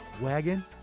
wagon